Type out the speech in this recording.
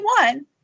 one